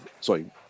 Sorry